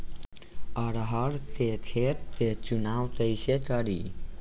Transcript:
अरहर के खेत के चुनाव कईसे करी?